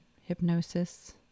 hypnosis